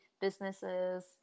businesses